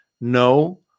no